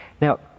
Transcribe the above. Now